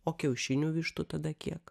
o kiaušinių vištų tada kiek